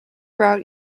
route